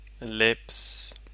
lips